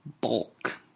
bulk